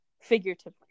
figuratively